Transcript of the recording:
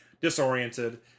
Disoriented